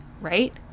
right